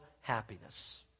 happiness